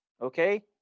okay